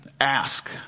ask